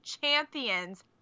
champions